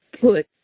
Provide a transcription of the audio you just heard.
put